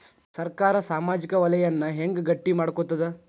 ಸರ್ಕಾರಾ ಸಾಮಾಜಿಕ ವಲಯನ್ನ ಹೆಂಗ್ ಗಟ್ಟಿ ಮಾಡ್ಕೋತದ?